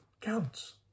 counts